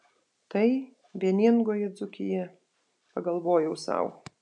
tai vieningoji dzūkija pagalvojau sau